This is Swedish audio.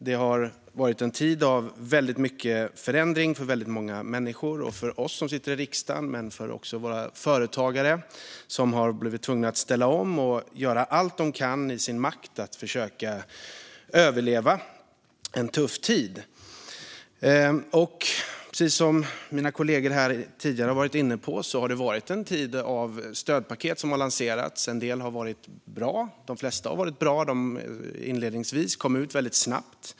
Det har varit en tid av väldigt mycket förändring för väldigt många människor - för oss som sitter i riksdagen men också för våra företagare, som har blivit tvungna att ställa om och göra allt som stått i deras makt för att försöka överleva en tuff tid. Precis som mina kollegor tidigare har varit inne på har det varit en tid då stödpaket har lanserats. De flesta har varit bra, och de kom inledningsvis ut väldigt snabbt.